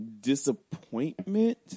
disappointment